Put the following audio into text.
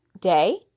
day